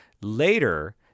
Later